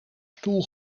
stoel